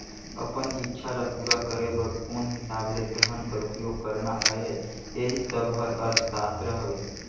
अपन इक्छा ल पूरा करे बर कोन हिसाब ले धन कर उपयोग करना अहे एही सब हर अर्थसास्त्र हवे